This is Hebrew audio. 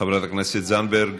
חברת הכנסת זנדברג,